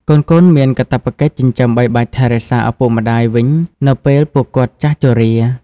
កូនៗមានកាតព្វកិច្ចចិញ្ចឹមបីបាច់ថែរក្សាឪពុកម្តាយវិញនៅពេលពួកគាត់ចាស់ជរា។